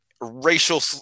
racial